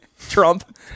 Trump